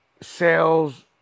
sales